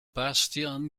bastian